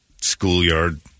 schoolyard